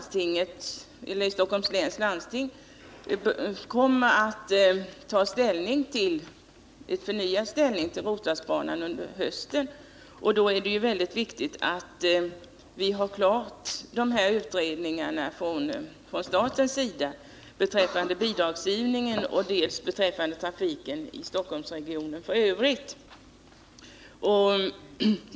Stockholms läns landsting kommer förmodligen under hösten att ta förnyad ställning till Roslagsbanan, och då är det viktigt att vi har fått klarhet om de här utredningarna från statens sida, dels beträffande bidragsgivningen, dels beträffande trafiken i Stockholmsregionen i övrigt.